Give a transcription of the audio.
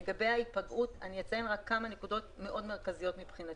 לגבי ההיפגעות אני אציין כמה נקודות מאוד מרכזיות מבחינתי.